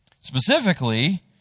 Specifically